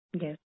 Yes